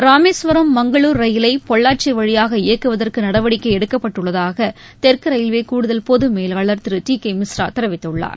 ராமேஸ்வரம் மங்களுர் ரயிலை பொள்ளாச்சி வழியாக இயக்குவதற்கு நடவடிக்கை எடுக்கப்பட்டுள்ளதாக என்று தெற்கு ரயில்வே கூடுதல் பொது மேலாளர் திரு டி கே மிஸ்ரா தெரிவித்துள்ளார்